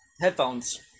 headphones